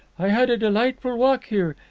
i had a delightful walk here,